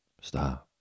stop